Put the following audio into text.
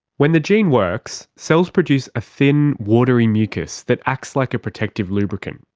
when the gene works, cells produce a thin watery mucus that acts like a protective lubricant.